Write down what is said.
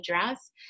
address